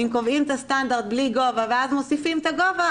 אם קובעים את הסטנדרט בלי גובה ואז מוסיפים את הגובה,